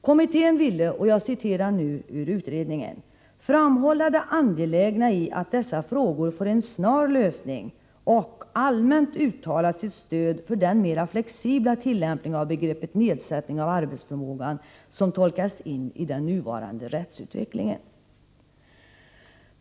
Kommittén ville, och här citerar jag ur betänkandet, ”framhålla det angelägna i att dessa frågor får en snar lösning och —-- allmänt uttalat sitt stöd för den mera flexibla tillämpning av begreppet nedsättning av arbetsförmågan som tolkas in i den nuvarande rättsutvecklingen”.